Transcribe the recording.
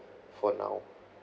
for now